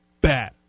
bad